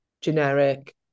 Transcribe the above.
generic